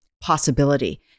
possibility